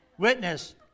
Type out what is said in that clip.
Witness